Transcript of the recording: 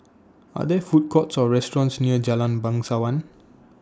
Are There Food Courts Or restaurants near Jalan Bangsawan